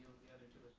the other two